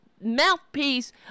mouthpiece